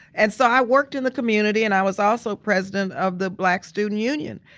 and so i worked in the community and i was also president of the black student union.